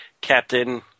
captain